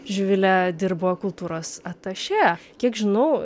živilė dirbo kultūros atašė kiek žinau